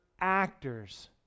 actors